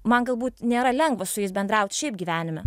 man galbūt nėra lengva su jais bendraut šiaip gyvenime